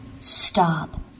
Stop